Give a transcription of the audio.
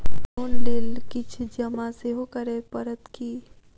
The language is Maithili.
लोन लेल किछ जमा सेहो करै पड़त की?